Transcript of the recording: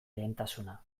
lehentasuna